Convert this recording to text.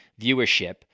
viewership